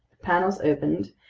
panels opened,